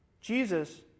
Jesus